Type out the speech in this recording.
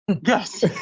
yes